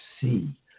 see